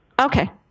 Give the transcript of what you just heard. Okay